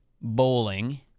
bowling